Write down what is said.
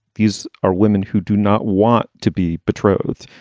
these are women who do not want to be betrothed.